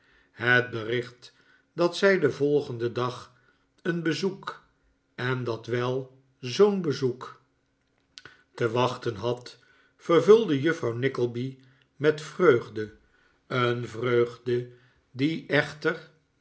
het bericht dat zij den volgenden dag een bezoek en dat wel zoo'n bezoek te wachten had vervulde juffrouw nickleby met vreugde een vreugde die echter